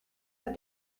have